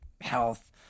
health